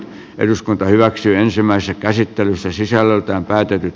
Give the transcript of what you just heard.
eduskunta hyväksyi ensimmäisen käsittelyssä sisällöltään päätetyt